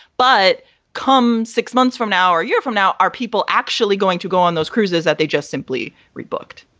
but come six months from now or a year from now are people actually going to go on those cruises that they just simply rebooked?